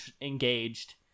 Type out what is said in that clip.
engaged